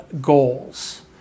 goals